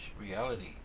reality